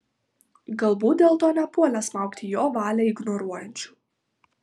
galbūt dėl to nepuolė smaugti jo valią ignoruojančių